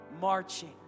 marching